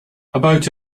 about